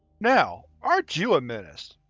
now, aren't you a menace.